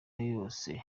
yose